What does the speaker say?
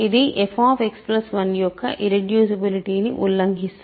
ఇది fX1 యొక్క ఇర్రెడ్యూసిబులిటీను ఉల్లంఘిస్తుంది